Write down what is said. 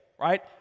right